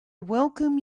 welcome